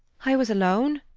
i was alone,